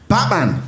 Batman